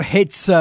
Hits